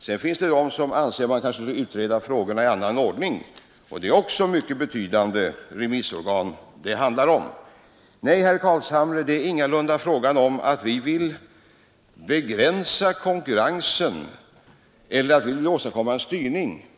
Sedan finns det sådana som anser att man kanske bör utreda frågorna i annan ordning, och det är också mycket betydande remissorgan. Nej, herr Carlshamre, det är ingalunda fråga om att vi vill begränsa konkurrensen eller om att vi vill åstadkomma en styrning.